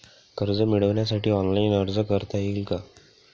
कर्ज मिळविण्यासाठी ऑनलाइन अर्ज करता येईल का?